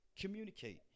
communicate